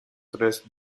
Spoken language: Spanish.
tres